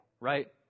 right